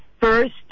first